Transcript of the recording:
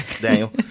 Daniel